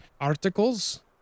articles